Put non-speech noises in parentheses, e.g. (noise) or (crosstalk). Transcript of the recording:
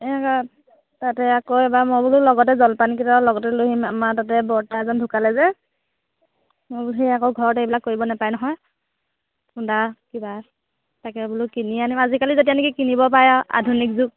এই (unintelligible) তাতে আকৌ এবাৰ মই বোলো লগতে জল পান কেইটা লগতে লৈ আহিম আমাৰ তাতে বৰতা এজন ঢুকালে যে মই বোলো সেই আকৌ ঘৰত এইবিলাক কৰিব নেপায় নহয় খুন্দা কিবা তাকে বোলো কিনি আনিম আজিকালি যেতিয়া নেকি কিনিব পায় আউ আধুনিক যুগ